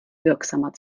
wirksamer